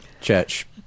church